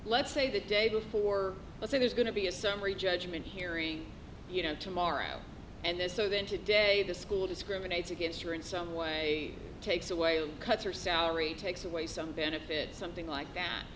let's say the day before let's say there's going to be a summary judgment hearing you know tomorrow and so then today the school discriminates against her in some way takes away cuts her salary takes away some benefits something like